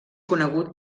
conegut